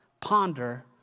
ponder